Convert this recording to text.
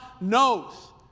knows